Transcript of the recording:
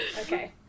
Okay